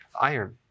iron